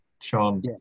Sean